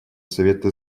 совета